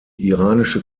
iranische